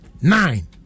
nine